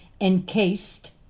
encased